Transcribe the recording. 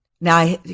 Now